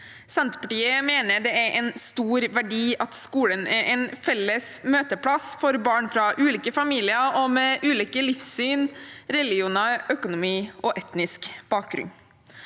Senterpartiet mener det er en stor verdi at skolen er en felles møteplass for barn fra ulike familier – med ulike livssyn og religioner, ulik økonomi og ulik etnisk bakgrunn.